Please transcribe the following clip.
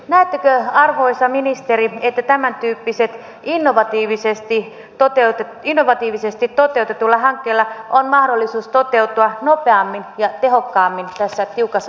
näettekö arvoisa ministeri että tämäntyyppisellä innovatiivisesti toteutetulla hankkeella on mahdollisuus toteutua nopeammin ja tehokkaammin tässä tiukassa taloudellisessa tilanteessa